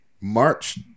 March